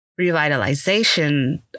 revitalization